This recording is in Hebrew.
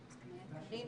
הרשימות.